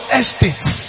estates